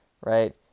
right